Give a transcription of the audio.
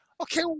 Okay